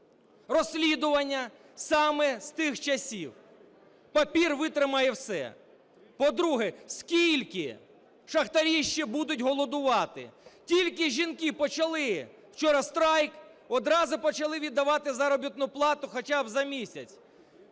розслідування саме з тих часів. Папір витримає все. По-друге, скільки шахтарі ще будуть голодувати? Тільки жінки почали вчора страйк, одразу почали віддавати заробітну плату, хоча б за місяць.